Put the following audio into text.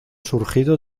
surgido